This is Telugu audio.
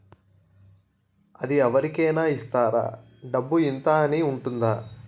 అది అవరి కేనా ఇస్తారా? డబ్బు ఇంత అని ఉంటుందా?